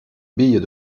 billes